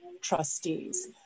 trustees